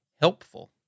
helpful